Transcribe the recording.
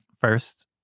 First